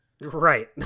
Right